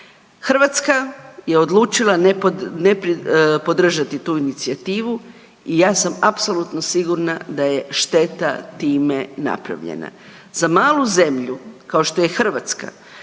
Hrvatska je odlučila ne podržati tu inicijativu i ja sam apsolutno sigurna da je šteta time napravljena. Za malu zemlju kao što je Hrvatska